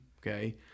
okay